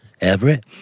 Everett